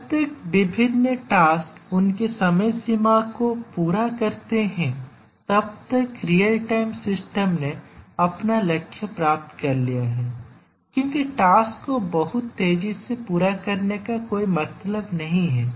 जब तक विभिन्न टास्क उनकी समय सीमा को पूरा करते हैं तब तक रियल टाइम सिस्टम ने अपना लक्ष्य प्राप्त कर लिया है क्योंकि टास्क को बहुत तेजी से पूरा करने का कोई मतलब नहीं है